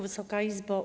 Wysoka Izbo!